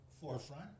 forefront